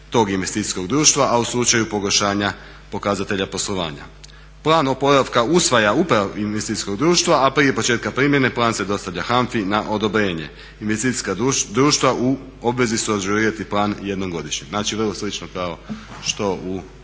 tog investicijskog društva, a u slučaju pogoršanja pokazatelja poslovanja. Plan oporavka usvaja Uprava investicijskog društva, a prije početka primjene plan se dostavlja HANFA-i na odobrenje. Investicijska društva u obvezi su ažurirati plan jednom godišnje, znači vrlo slično kao što u